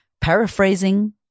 paraphrasing